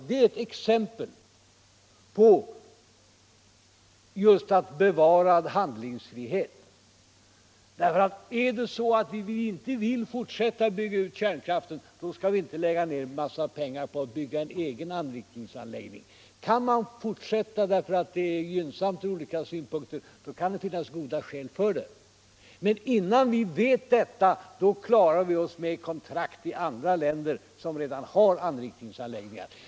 Det är också ett exempel just på bevarad handlingsfrihet: Vill vi inte fortsätta med att bygga ut kärnkraften, skall vi inte lägga ned en mängd pengar på en egen anrikningsanläggning. Innan vi vet om vi skall bygga ut kärnkraften ytterligare klarar vi oss med kontrakt om anrikning i andra länder, som redan har anläggningar för det.